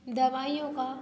दवाइयों का